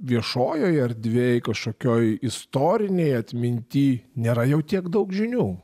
viešojoje erdvėj kažkokioj istorinėj atminty nėra jau tiek daug žinių